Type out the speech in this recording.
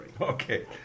Okay